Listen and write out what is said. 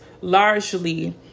largely